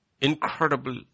incredible